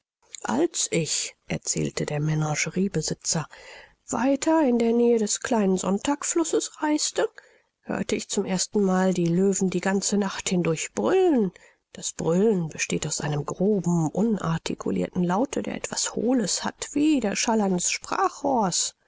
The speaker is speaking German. als ich erzählte der menageriebesitzer weiter in der nähe des kleinen sonntagflusses reiste hörte ich zum ersten mal die löwen die ganze nacht hindurch brüllen das brüllen besteht aus einem groben unartikulirten laute der etwas hohles hat wie